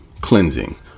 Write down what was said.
cleansing